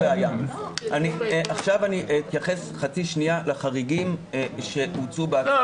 עכשיו אני אתייחס חצי שנייה לחריגים -- לא,